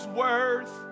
worth